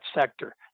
sector